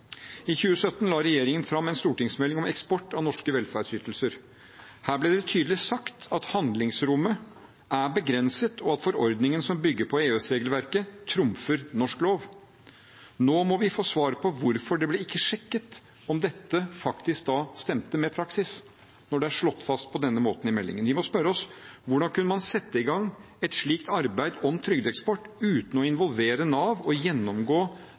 I 2017 la regjeringen fram en stortingsmelding om eksport av norske velferdsytelser. Her ble det tydelig sagt at handlingsrommet er begrenset, og at forordningen som bygger på EØS-regelverket, trumfer norsk lov. Nå må vi få svar på hvorfor det ikke ble sjekket om dette faktisk stemte med praksis – når det er slått fast på denne måten i meldingen. Vi må spørre oss hvordan man kunne sette i gang et slikt arbeid om trygdeeksport uten å involvere Nav og uten å gjennomgå